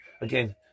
again